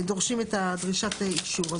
דורשים את הדרישת אישור הזאת.